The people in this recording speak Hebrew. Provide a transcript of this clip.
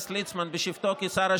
אינו נוכח קטי קטרין